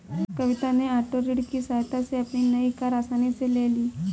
कविता ने ओटो ऋण की सहायता से अपनी नई कार आसानी से ली